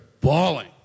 bawling